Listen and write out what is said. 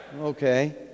Okay